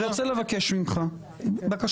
אני רוצה לבקש ממך בקשה,